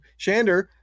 Shander